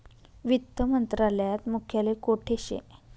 वित्त मंत्रालयात मुख्यालय कोठे शे